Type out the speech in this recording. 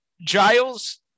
Giles